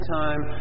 time